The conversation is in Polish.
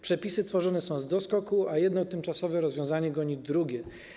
Przepisy tworzone są z doskoku, a jedno tymczasowe rozwiązanie goni drugie.